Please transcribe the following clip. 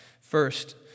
first